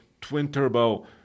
twin-turbo